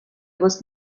was